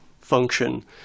function